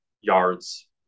yards